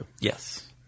Yes